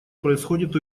происходит